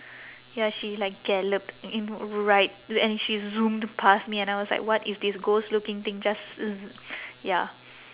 ya she like galloped in right and she zoomed past me and I was like what is this ghost looking thing just z~ ya